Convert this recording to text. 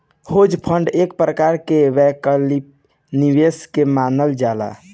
hedge fund एक प्रकार के वैकल्पिक निवेश के मानल जाला